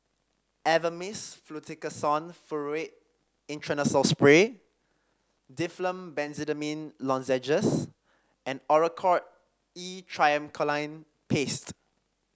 Avamys Fluticasone Furoate Intranasal Spray Difflam Benzydamine Lozenges and Oracort E Triamcinolone Paste